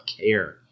care